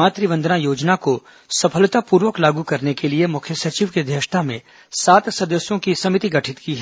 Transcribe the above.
मातृ वन्दना योजना को सफलतापूर्वक लागू करने के लिए मुख्य सचिव की अध्यक्षता में सात सदस्यों की समिति गठित की है